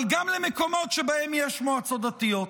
אבל גם למקומות שבהם יש מועצות דתיות.